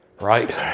right